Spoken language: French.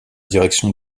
direction